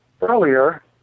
earlier